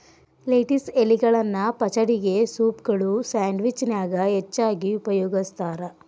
lettuce ಎಲಿಗಳನ್ನ ಪಚಡಿಗೆ, ಸೂಪ್ಗಳು, ಸ್ಯಾಂಡ್ವಿಚ್ ನ್ಯಾಗ ಹೆಚ್ಚಾಗಿ ಉಪಯೋಗಸ್ತಾರ